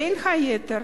בין היתר